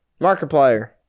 Markiplier